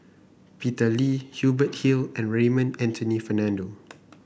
Peter Lee Hubert Hill and Raymond Anthony Fernando